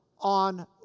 on